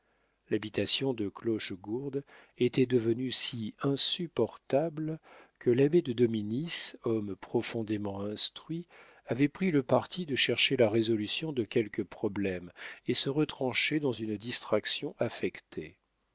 l'habitation de clochegourde était devenue si insupportable que l'abbé de dominis homme profondément instruit avait pris le parti de chercher la résolution de quelques problèmes et se retranchait dans une distraction affectée